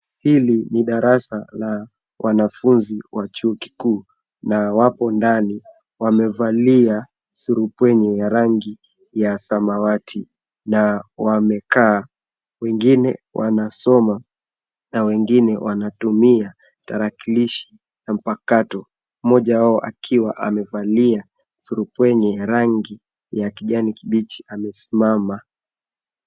Hili ni darasa la wanafunzi wa chuo kikuu, na wapo ndani wamevalia surupwenye ya rangi ya samawati, na wamekaa wengine wanasoma na wengine wanatumia tarakilishi ya mpakato. Mmoja wao akiwa amevalia surupwenye ya rangi ya kijani kibichi amesimama.